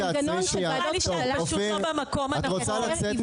את פשוט לא במקום הנכון.